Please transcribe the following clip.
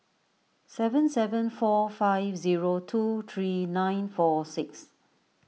seven seven four five zero two three nine four six